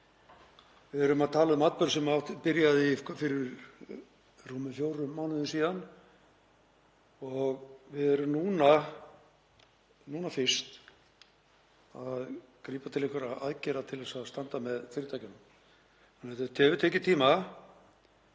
Við erum að tala um atburð sem byrjaði fyrir rúmum fjórum mánuðum síðan og við erum núna fyrst að grípa til einhverra aðgerða til að standa með fyrirtækjunum þannig að þetta hefur tekið tíma.